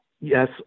yes